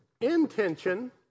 intention